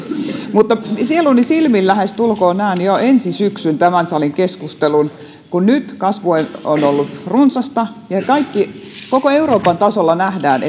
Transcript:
sieluni silmin lähestulkoon jo näen ensi syksynä tämän salin keskustelun nyt kasvu on ollut runsasta mutta kun koko euroopan tasolla nähdään